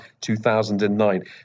2009